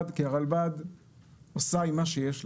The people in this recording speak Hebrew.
הרלב"ד עושה עם מה שיש לה,